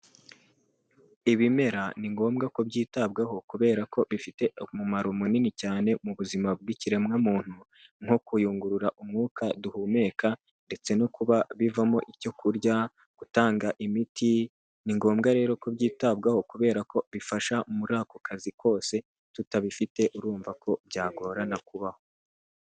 Ibimera ni ngombwa ko byitabwaho kubera ko bifite umumaro munini cyane mu buzima bw'ikiremwamuntu nko kuyungurura umwuka duhumeka ndetse no kuba bivamo icyo kurya, gutanga imiti, ni ngombwa rero ko byitabwaho kubera ko bifasha muri ako kazi kose tutabifite urumva ko byagorana kubaho.